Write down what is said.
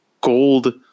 gold